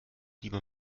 lieber